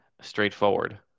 straightforward